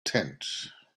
tent